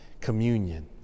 communion